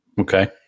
Okay